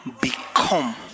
become